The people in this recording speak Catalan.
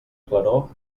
claror